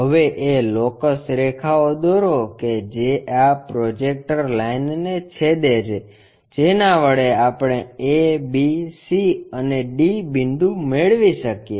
હવે એ લોકસ રેખાઓ દોરો કે જે આ પ્રોજેક્ટર લાઇનને છેદે છે જેના વડે આપણે a b c અને d બિંદુ મેળવી શકીએ